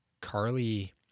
carly